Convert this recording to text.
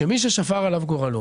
שמי שפר עליו גורלו